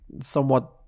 somewhat